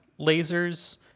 lasers